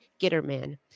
Gitterman